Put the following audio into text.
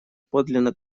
подлинно